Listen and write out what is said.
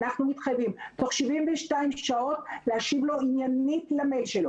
אנחנו מתחייבים תוך 72 שעות להשיב לו עניינית במייל.